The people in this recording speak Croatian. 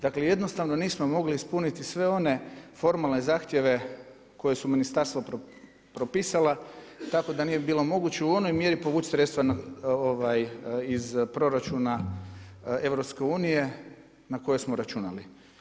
Dakle jednostavno nismo mogli ispuniti sve one formalne zahtjeve koja su ministarstva propisala tako da nije bilo moguće u onoj mjeri povuć sredstva iz proračuna EU na koje smo računali.